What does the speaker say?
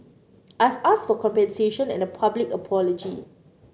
I've asked for compensation and a public apology